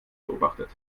beobachtet